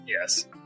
yes